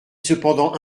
cependant